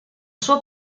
sua